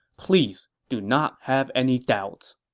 please do not have any doubts.